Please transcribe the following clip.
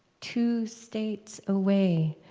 two states away,